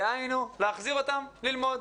דהיינו להחזיר אותם ללמוד.